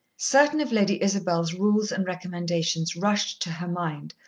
certain of lady isabel's rules and recommendations rushed to her mind,